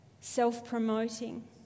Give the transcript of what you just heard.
self-promoting